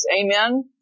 Amen